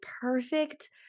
perfect